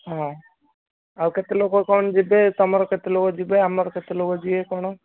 ହଁ ଆଉ କେତେ ଲୋକ କ'ଣ ଯିବେ ତୁମର କେତେ ଲୋକ ଯିବେ ଆମର କେତେ ଲୋକ ଯିବେ କ'ଣ